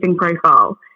profile